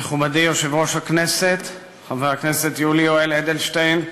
מכובדי יושב-ראש הכנסת חבר הכנסת יולי יואל אדלשטיין,